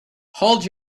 hold